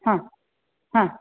हां हां